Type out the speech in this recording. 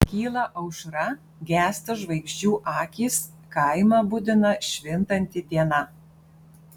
kyla aušra gęsta žvaigždžių akys kaimą budina švintanti diena